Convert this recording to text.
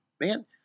man